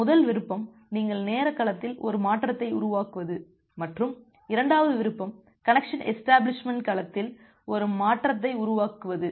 முதல் விருப்பம் நீங்கள் நேர களத்தில் ஒரு மாற்றத்தை உருவாக்குவது மற்றும் இரண்டாவது விருப்பம் கனெக்சன் எஷ்டபிளிஷ்மெண்ட் களத்தில் ஒரு மாற்றத்தை உருவாக்குவது